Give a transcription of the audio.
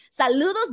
Saludos